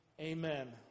Amen